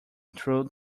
through